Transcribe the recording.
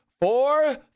four